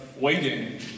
waiting